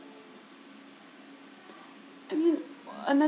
I mean